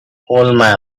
coleman